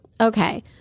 okay